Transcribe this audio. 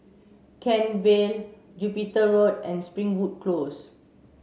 Kent Vale Jupiter Road and Springwood Close